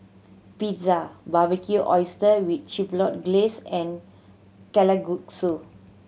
Pizza Barbecued Oyster with Chipotle Glaze and Kalguksu